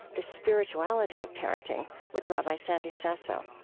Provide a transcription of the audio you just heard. the spirituality of parenting with rabbi sandy sasso.